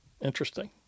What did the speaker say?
Interesting